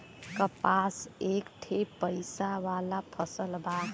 कपास एक ठे पइसा वाला फसल बा